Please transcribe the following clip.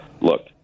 look